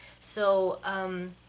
so um,